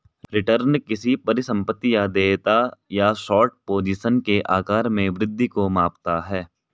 return किसी परिसंपत्ति या देयता या शॉर्ट पोजीशन के आकार में वृद्धि को मापता है